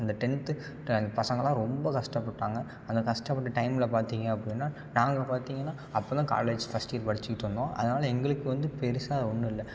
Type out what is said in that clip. இந்த டென்த்து எங்கள் பசங்கள்லாம் ரொம்ப கஷ்டப்பட்டாங்க அந்த கஷ்டப்பட்ட டைமில் பார்த்தீங்க அப்படின்னா நாங்கள் பார்த்தீங்கன்னா அப்போதான் காலேஜ் ஃபஸ்ட் இயர் படிச்சிக்கிட்டிருந்தோம் அதனால எங்களுக்கு வந்து பெருசாக ஒன்றும் இல்லை